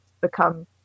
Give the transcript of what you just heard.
become